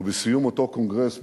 ובסיום אותו קונגרס בבאזל,